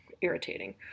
irritating